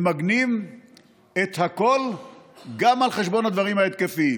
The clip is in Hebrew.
ממגנים את הכול גם על חשבון הדברים ההתקפיים,